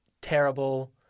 terrible